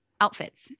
outfits